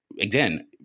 again